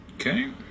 Okay